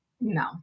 No